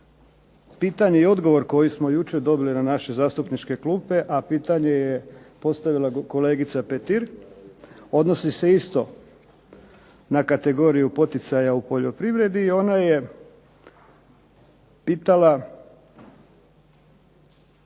pitanje i odgovor koji smo jučer dobili na naše zastupničke klupe, a pitanje je postavila kolegica Petir. Odnosi se isto na kategoriju poticaja u poljoprivredi i ona je pitala